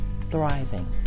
thriving